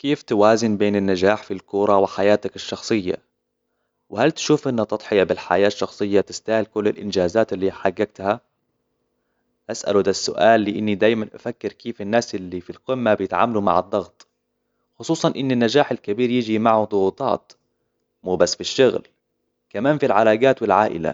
كيف توازن بين النجاح في الكرة وحياتك الشخصية؟ وهل تشوف أن تضحية بالحياة الشخصية تستاهل كل الإنجازات التي حققتها؟ أسأل ذا السؤال لأنني دائما أفكر كيف الناس اللي في القمة بيتعاملوا مع الضغط، خصوصاً أن النجاح الكبير يجي معه ضغوطات، مو بس بالشغل، كمان بالعلاقات والعائله.